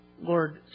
Lord